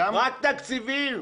רק תקציבים.